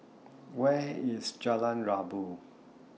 Where IS Jalan Rabu